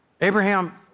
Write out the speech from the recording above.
Abraham